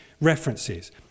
references